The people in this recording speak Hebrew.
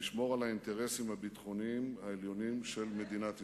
ולשמור על האינטרסים הביטחוניים העליונים של מדינת ישראל.